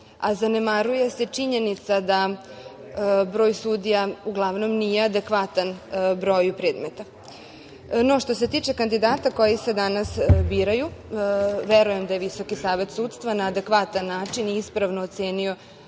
a zanemaruje se činjenica da broj sudija uglavnom nije adekvatan broju predmeta. Što se tiče kandidata koji se danas biraju, verujem da je Visoki savet sudstva na adekvatan način i ispravno ocenio